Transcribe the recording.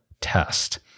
test